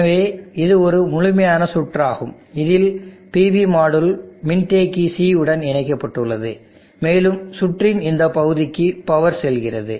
எனவே இது ஒரு முழுமையான சுற்று ஆகும் இதில் PV மாடுல் மின்தேக்கி C உடன் இணைக்கப்பட்டுள்ளது மேலும் சுற்றின் இந்த பகுதிக்கு பவர் செல்கிறது